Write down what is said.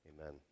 Amen